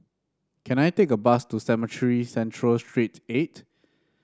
can I take a bus to Cemetry Central Street eight